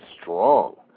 strong